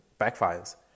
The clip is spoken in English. backfires